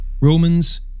Romans